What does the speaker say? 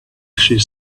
she